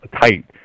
tight